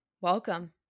welcome